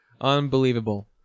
Unbelievable